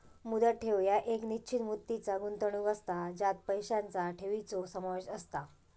मुदत ठेव ह्या एक निश्चित मुदतीचा गुंतवणूक असता ज्यात पैशांचा ठेवीचो समावेश असता